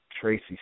Tracy